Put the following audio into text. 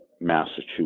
Massachusetts